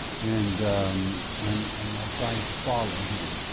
and and and are trying to follow him.